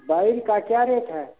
बेर का क्या रेट है